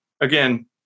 again